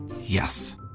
Yes